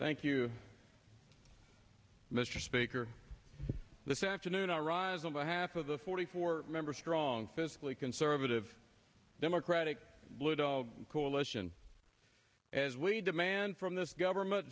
thank you mister speaker this afternoon arise on behalf of the forty four member strong physically conservative democratic blue dog coalition as we demand from this government